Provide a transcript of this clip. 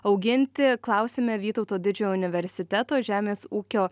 auginti klausime vytauto didžiojo universiteto žemės ūkio